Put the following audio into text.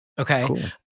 Okay